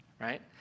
right